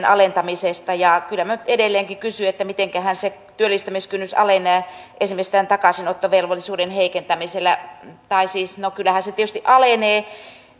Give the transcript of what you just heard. alentamisesta ja kyllä minä nyt edelleenkin kysyn mitenköhän se työllistämiskynnys alenee esimerkiksi tämän takaisinottovelvollisuuden heikentämisellä tai siis no kyllähän se tietysti alenee